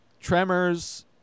Tremors